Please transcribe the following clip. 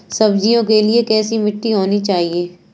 सब्जियों के लिए कैसी मिट्टी होनी चाहिए?